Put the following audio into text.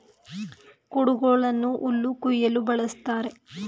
ಕುಡುಗೋಲನ್ನು ಹುಲ್ಲು ಕುಯ್ಯಲು ಬಳ್ಸತ್ತರೆ